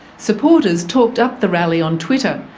supporters talked up the rally on twitter,